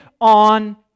on